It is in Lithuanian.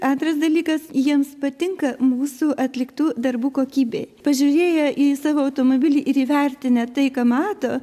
antras dalykas jiems patinka mūsų atliktų darbų kokybė pažiūrėję į savo automobilį ir įvertinę tai ką mato